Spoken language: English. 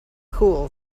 cool